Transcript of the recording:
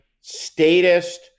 statist